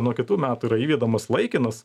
nuo kitų metų yra įvedamus laikinas